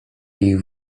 ich